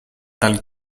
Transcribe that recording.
dal